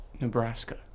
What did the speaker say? Nebraska